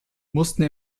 mussten